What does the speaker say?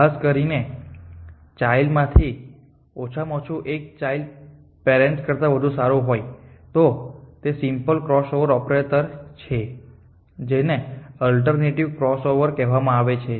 ખાસ કરીને ચાઈલ્ડ માંથી ઓછામાં ઓછું એક ચાઈલ્ડ પેરેન્ટ્સ કરતા વધુ સારું હોય તો એ સિમ્પલ ક્રોસઓવર ઓપરેટર છે જેને અલ્ટરનેટિવ ક્રોસઓવર કહેવામાં આવે છે